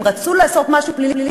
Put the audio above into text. אם רצו לעשות משהו פלילי,